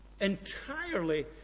entirely